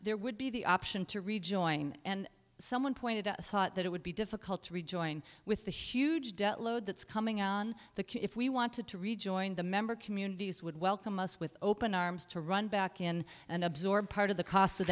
there would be the option to rejoin and someone pointed to a thought that it would be difficult to rejoin with the huge debt load that's coming on the q if we wanted to rejoin the member communities would welcome us with open arms to run back in and absorb part of the cost of